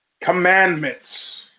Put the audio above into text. commandments